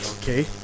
okay